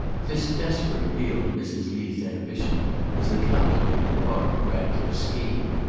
this desperate appeal to mrs. lee's ambition was a calculated part of ratcliffe's scheme.